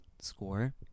score